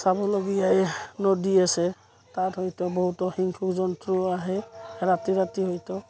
চাবলগীয়া এই নদী আছে তাত হয়তো বহুতো হিংসুক জন্তুও আহে ৰাতি ৰাতি হয়তো